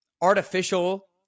artificial